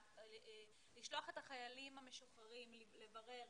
לשלוח את החיילים המשוחררים לברר